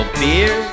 beer